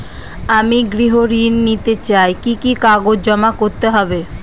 আমি গৃহ ঋণ নিতে চাই কি কি কাগজ জমা করতে হবে?